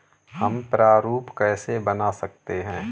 हम प्रारूप कैसे बना सकते हैं?